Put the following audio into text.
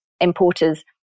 importers